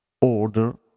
order